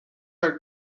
are